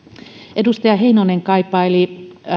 edustaja heinonen kaipaili